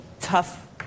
tough